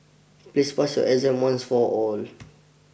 please pass your exam once for all